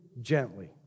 gently